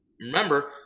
Remember